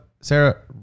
Sarah